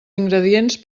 ingredients